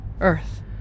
Earth